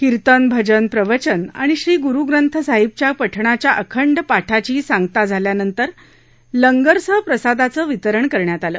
कीर्तन भजन प्रवचन आणि श्री गुरुग्रंथ साहिबच्या पठणाच्या अखंड पाठचीही सांगता झाल्यानंतर लंगरसह प्रसादाचे वितरण करण्यात आले